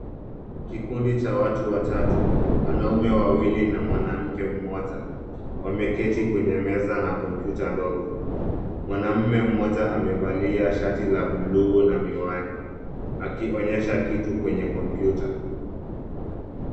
Kikundi cha watu watatu. Wanaume wawili na mwanamke mmoja. Wameketi kwenye meza na kompyuta ndogo. Mwanaume mmoja amevalia shati la buluu na miwani akionyesha kitu kwenye kompyuta.